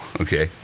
Okay